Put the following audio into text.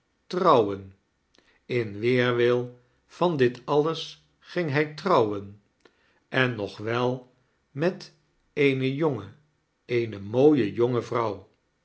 trouwen in weerwil van dit alles ging hij trouwen en nog wel met eene jonge eene mooie jonge vrouw